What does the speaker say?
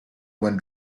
when